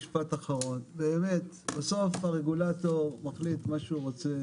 משפט אחרון: בסוף הרגולטור מחליט מה שהוא רוצה,